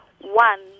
one